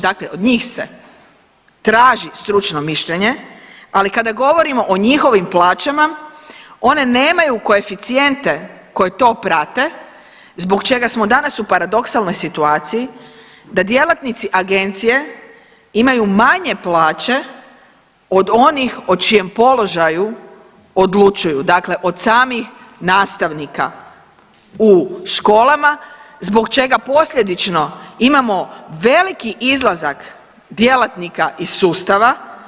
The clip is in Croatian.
Dakle, od njih se traži stručno mišljenje, ali kada govorimo o njihovim plaćama one nemaju koeficijente koji to prate zbog čega smo danas u paradoksalnoj situaciji da djelatnici agencije imaju manje plaće od onih o čijem položaju odlučuju, dakle od samih nastavnika u školama, zbog čega posljedično imamo veliki izlazak djelatnika iz sustava.